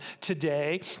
today